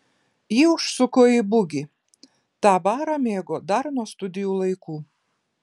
ji užsuko į bugį tą barą mėgo dar nuo studijų laikų